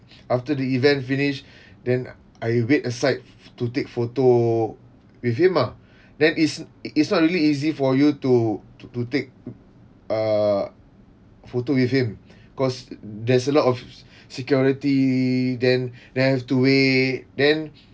after the event finish then I wait aside to take photo with him ah then is is not really easy for you to to take uh photo with him cause there's a lot of security then then have to wait then